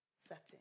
setting